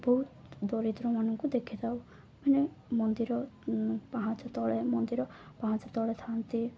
ବହୁତ ଦରିଦ୍ରମାନଙ୍କୁ ଦେଖିଥାଉ ମାନେ ମନ୍ଦିର ପାହାଚ ତଳେ ମନ୍ଦିର ପାହାଚ ତଳେ ଥାଆନ୍ତି